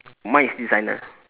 mine is designer